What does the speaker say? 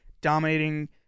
dominating